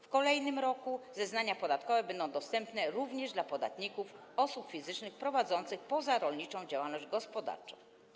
W kolejnym roku zeznania podatkowe będą dostępne również dla podatników osób fizycznych prowadzących pozarolniczą działalność gospodarczą.